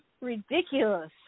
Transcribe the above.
ridiculous